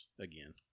again